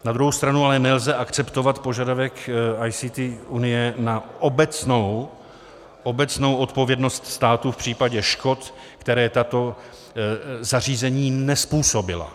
Na druhou stranu ale nelze akceptovat požadavek ICT Unie na obecnou odpovědnost státu v případě škod, která tato zařízení nezpůsobila.